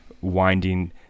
winding